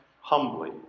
humbly